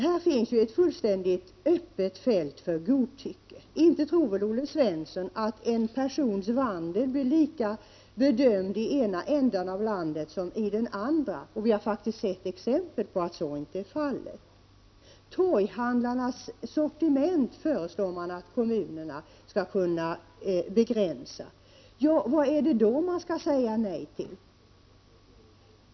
Här finns det ett fullständigt öppet fält för godtycke. Inte tror väl Olle Svensson att en persons vandel blir lika bedömd i ena ändan av landet som i den andra? Vi har faktiskt sett exempel på att så inte är fallet. Torghandlarnas sortiment föreslår man att kommunerna skall kunna begränsa. Vad är det då man skall säga nej till?